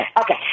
Okay